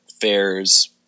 fairs